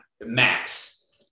max